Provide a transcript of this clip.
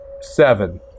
seven